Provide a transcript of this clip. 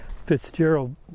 Fitzgerald